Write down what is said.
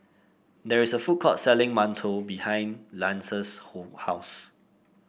there is a food court selling mantou behind Lance's house